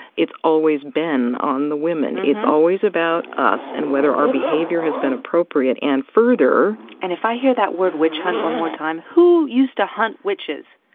it's always been on the women. it's always about us and whether our behavior has been appropriate and further. and if i hear that word witch hunt one more time. who used to hunt witches?